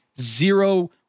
Zero